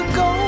go